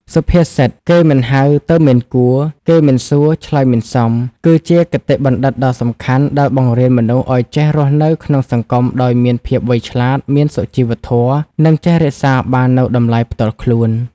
សុភាសិត «គេមិនហៅ ទៅមិនគួរ គេមិនសួរ ឆ្លើយមិនសម» គឺជាគតិបណ្ឌិតដ៏សំខាន់ដែលបង្រៀនមនុស្សឲ្យចេះរស់នៅក្នុងសង្គមដោយមានភាពវៃឆ្លាត មានសុជីវធម៌ និងចេះរក្សាបាននូវតម្លៃផ្ទាល់ខ្លួន។